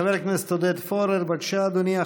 חבר הכנסת עודד פורר, בבקשה, אדוני.